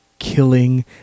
killing